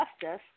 justice